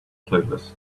playlist